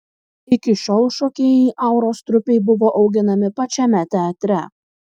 iki šiol šokėjai auros trupei buvo auginami pačiame teatre